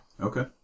Okay